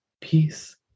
peace